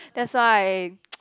that's why